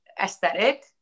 aesthetic